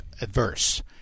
adverse